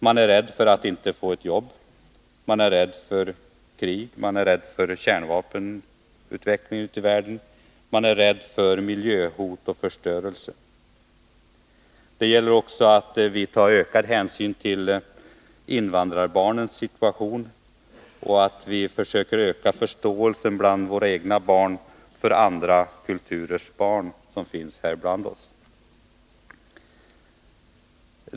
Man är rädd för att inte få ett jobb, man är rädd för krig, man är rädd för kärnvapenutvecklingen ute i världen, och man är rädd för miljöhot och förstörelse. Det gäller också att vi tar ökad hänsyn till invandrarbarnens situation och att vi försöker öka förståelsen bland våra egna barn för andra kulturers barn, som finns här ibland oss.